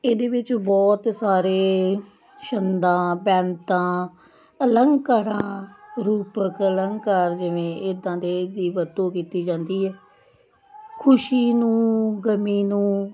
ਇਹਦੇ ਵਿੱਚ ਬਹੁਤ ਸਾਰੇ ਛੰਦਾਂ ਬੈਂਤਾਂ ਅਲੰਕਾਰਾਂ ਰੂਪਕ ਅਲੰਕਾਰ ਜਿਵੇਂ ਇੱਦਾਂ ਦੇ ਦੀ ਵਰਤੋਂ ਕੀਤੀ ਜਾਂਦੀ ਹੈ ਖੁਸ਼ੀ ਨੂੰ ਗਮੀ ਨੂੰ